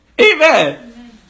amen